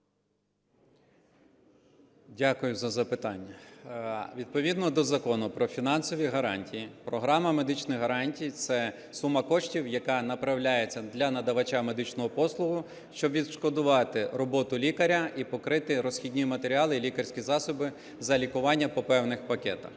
Дякую за запитання. Відповідно до Закону про фінансові гарантії програма медичних гарантій – це сума коштів, яка направляється для надавача медичної послуги, щоб відшкодувати роботу лікаря і покрити розхідні матеріали і лікарські засоби за лікування по певних пакетах.